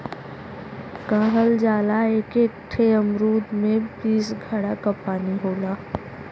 कहल जाला एक एक ठे अमरूद में बीस घड़ा क पानी होला